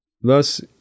Thus